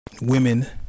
women